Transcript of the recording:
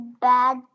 bad